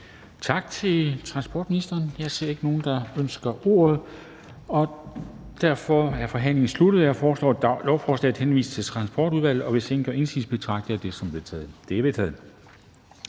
Tak til transportministeren. Jeg ser ikke nogen, der ønsker ordet, og derfor er forhandlingen sluttet. Jeg foreslår, at lovforslaget henvises til Transportudvalget. Hvis ingen gør indsigelse, betragter jeg det som vedtaget.